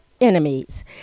enemies